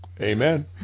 Amen